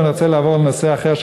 אני רוצה לעבור לנושא אחר,